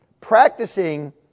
practicing